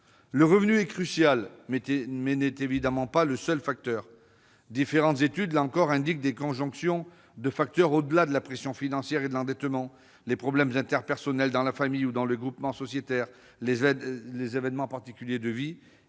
Le revenu est crucial, mais il n'est évidemment pas le seul facteur. Différentes études mettent en évidence une conjonction de causes : au-delà de la pression financière et de l'endettement, il y a les problèmes interpersonnels dans la famille ou dans le groupement sociétaire, les événements particuliers de vie,